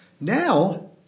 Now